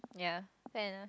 ya fair enough